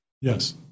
Yes